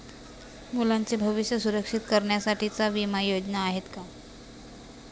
मुलांचे भविष्य सुरक्षित करण्यासाठीच्या विमा योजना आहेत का?